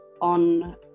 on